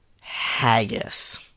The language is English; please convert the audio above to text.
haggis